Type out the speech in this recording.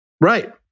Right